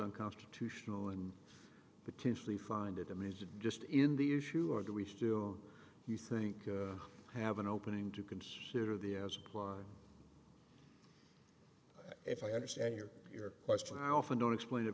unconstitutional and potentially find it amusing just in the issue or do we still you think have an opening to consider the as upon if i understand your question i often don't explain it